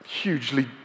hugely